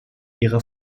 ihrer